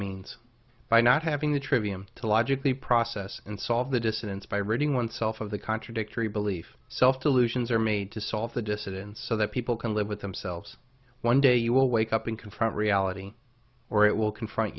means by not having the trivium to logically process and solve the dissonance by reading oneself of the contradictory belief self delusions are made to solve the dissidents so that people can live with themselves one day you will wake up and confront reality or it will confront